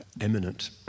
eminent